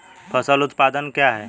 फसल उत्पादन क्या है?